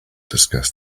discuss